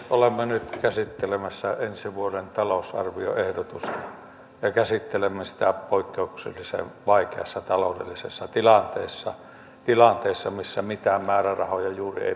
olemme nyt käsittelemässä ensi vuoden talousarvioehdotusta ja käsittelemme sitä poikkeuksellisen vaikeassa taloudellisessa tilanteessa tilanteessa missä juuri mitään määrärahoja ei pystytä lisäämään